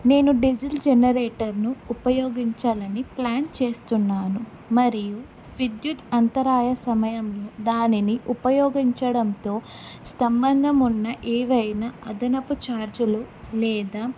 నేను డీజిల్ జనరేటర్ను ఉపయోగించాలని ప్లాన్ చేస్తున్నాను మరియు విద్యుత్ అంతరాయ సమయంలో దానిని ఉపయోగించడంతో సంబంధం ఉన్న ఏవైనా అదనపు ఛార్జ్లు లేదా